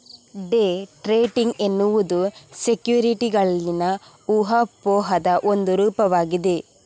day trading ಎನ್ನುವುದು ಸೆಕ್ಯುರಿಟಿಗಳಲ್ಲಿನ ಊಹಾಪೋಹದ ಒಂದು ರೂಪವಾಗಿದೆ